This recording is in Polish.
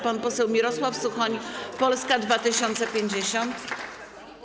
Pan poseł Mirosław Suchoń, Polska 2050.